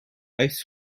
ice